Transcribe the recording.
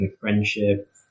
friendship